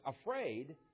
afraid